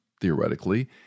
theoretically